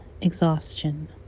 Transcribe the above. exhaustion